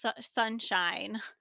sunshine